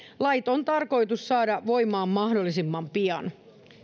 lait on tarkoitus saada voimaan mahdollisimman pian